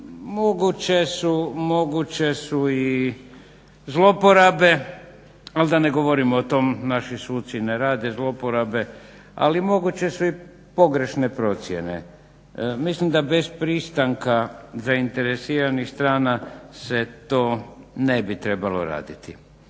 moguće su i zlouporabe, ali da ne govorimo o tom. Naši suci ne rade zlouporabe, ali moguće su i pogrešne procjene. Mislim da bez pristanka zainteresiranih strana se to ne bi trebalo raditi.